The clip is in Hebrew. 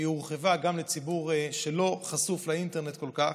והיא הורחבה גם לציבור שלא חשוף לאינטרנט כל כך.